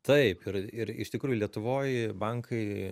taip ir ir iš tikrųjų lietuvoj bankai